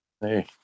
Hey